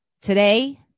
today